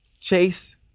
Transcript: Chase